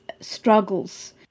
struggles